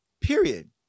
Period